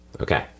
Okay